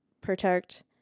protect